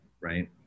right